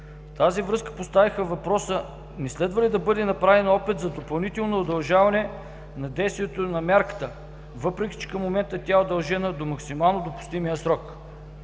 тази връзка поставиха въпроса: не следва ли да бъде направен опит за допълнително удължаване на действието на мярката, въпреки че към момента тя е удължена до максимално допустимия срок?